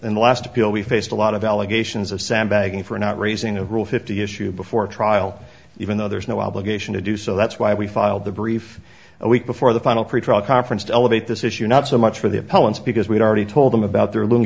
in the last appeal we faced a lot of allegations of sandbagging for not raising a real fifty issue before trial even though there's no obligation to do so that's why we filed the brief a week before the final pretrial conference to elevate this issue not so much for the opponents because we've already told them about their l